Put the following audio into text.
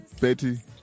Betty